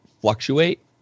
fluctuate